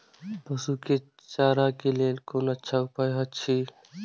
पशु के चारा के लेल कोन अच्छा उपाय अछि?